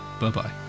Bye-bye